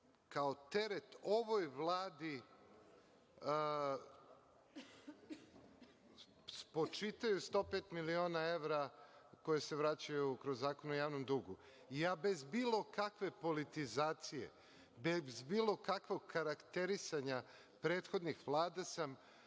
kao teret ovoj Vladi spočitaju 105 miliona evra koji se vraćaju kroz Zakon o javnom dugu. Bez bilo kakve politizacije, bez bilo kakvog karakterisanja prethodnih vlada sam